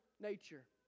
nature